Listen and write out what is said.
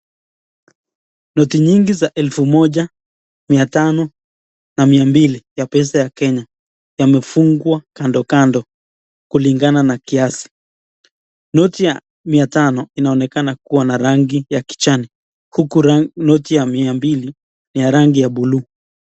Noti nyingi za elfu moja, mia tano na mia mbili ya pesa ya Kenya yamefungwa kando kando kulingana na kiasi. Noti ya mia tano inaonekana kuwa na rangi ya kijani uku noti ya mia mbili ni ya rangi ya buluu.